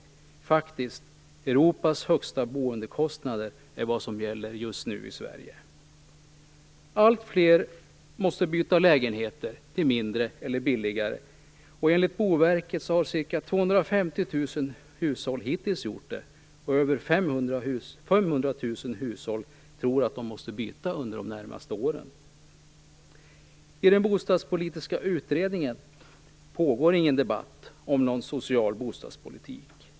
I Sverige gäller faktiskt Europas högsta boendekostnader just nu. Allt fler måste byta lägenhet till mindre eller billigare. Enligt Boverket har ca 250 000 hushåll hittills gjort det, och över 500 000 hushåll tror att de måste byta under de närmaste åren. I den bostadspolitiska utredningen pågår ingen debatt om någon social bostadspolitik.